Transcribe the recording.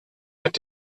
mit